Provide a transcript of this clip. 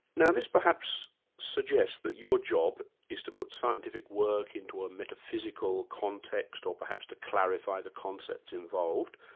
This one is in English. now this perhaps suggests that your job is to put scientific work into a metaphysical context, or perhaps to clarify the concepts involved.